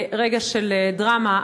ברגע של דרמה,